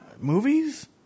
movies